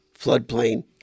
floodplain